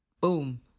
Boom